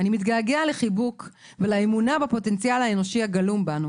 אני מתגעגע לחיבוק ולאמונה בפוטנציאל האנושי הגלום בנו,